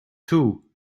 too